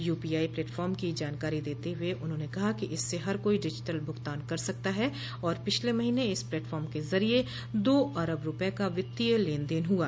UPI platform की जानकारी देते हुए उन्होंने कहा कि इससे हर कोई डिजिटल भुगतान कर सकता है और पिछले महीने इस प्लेटफॉम के जरिए दो अरब रूपये का वित्तीय लेनदेन हुआ